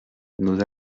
nos